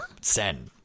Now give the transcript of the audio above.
Sen